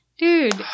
Dude